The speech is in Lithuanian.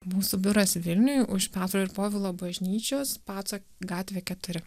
mūsų biuras vilniuj už petro ir povilo bažnyčios paco gatvė keturi